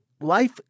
life